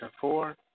four